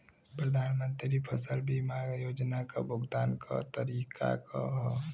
प्रधानमंत्री फसल बीमा योजना क भुगतान क तरीकाका ह?